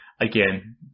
again